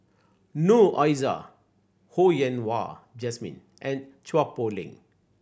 Noor Aishah Ho Yen Wah Jesmine and Chua Poh Leng